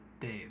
Dave